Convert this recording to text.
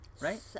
Right